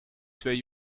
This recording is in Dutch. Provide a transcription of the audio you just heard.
twee